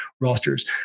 rosters